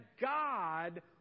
God